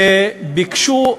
וביקשו,